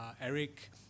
Eric